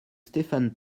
stéphane